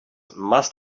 must